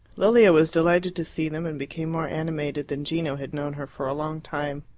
lilia was delighted to see them, and became more animated than gino had known her for a long time.